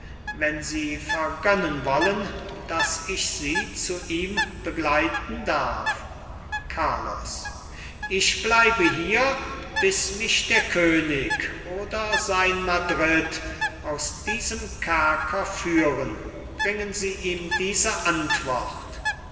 wenn sie vergönnen wollen daß ich sie zu ihm begleiten darf carlos ich bleibe hier bis mich der könig oder sein madrid aus diesem kerker führen bringen sie ihm diese antwort